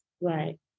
Right